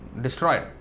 destroyed